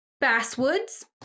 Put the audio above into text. basswoods